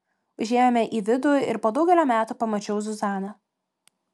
užėjome į vidų ir po daugelio metų pamačiau zuzaną